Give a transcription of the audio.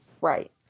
Right